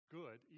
good